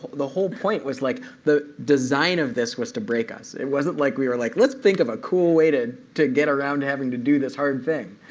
the whole point was like, the design of this was to break us. it wasn't like we were like, let's think of a cool way to to get around to having to do this hard thing.